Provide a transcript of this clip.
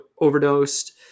overdosed